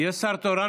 יש שר תורן